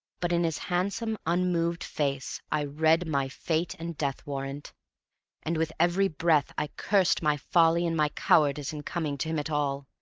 but in his handsome, unmoved face i read my fate and death-warrant and with every breath i cursed my folly and my cowardice in coming to him at all.